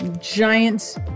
giant